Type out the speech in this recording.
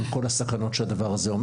עם כל הסכנות שבדבר הזה.